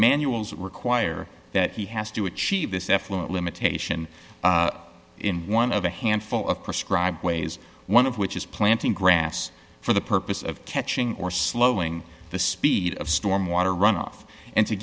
manuals require that he has to achieve this effluent limitation in one of a handful of prescribed ways one of which is planting grass for the purpose of catching or slowing the speed of storm water runoff and to